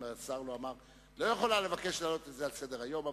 את לא יכולה לבקש להעלות את זה על סדר-היום.